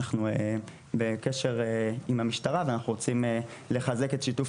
אנחנו בקשר עם המשטרה ואנחנו רוצים לחזק את שיתוף